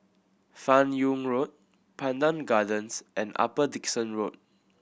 Fan Yoong Road Pandan Gardens and Upper Dickson Road